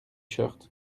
shirts